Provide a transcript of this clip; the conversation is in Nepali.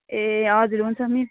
ए हजुर हुन्छ नि